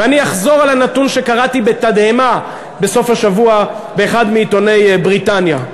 ואני אחזור על הנתון שקראתי בתדהמה בסוף השבוע באחד מעיתוני בריטניה,